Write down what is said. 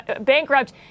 bankrupt